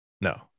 no